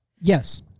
Yes